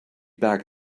back